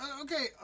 Okay